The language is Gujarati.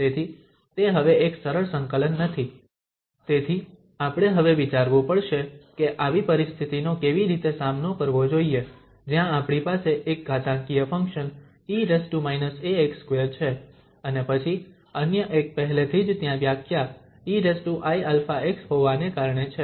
તેથી તે હવે એક સરળ સંકલન નથી તેથી આપણે હવે વિચારવું પડશે કે આવી પરિસ્થિતિનો કેવી રીતે સામનો કરવો જોઈએ જ્યાં આપણી પાસે એક ઘાતાંકીય ફંક્શન e−ax2 છે અને પછી અન્ય એક પહેલેથી જ ત્યાં વ્યાખ્યા eiαx હોવાને કારણે છે